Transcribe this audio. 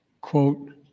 quote